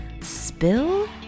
Spill